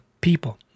people